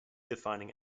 defining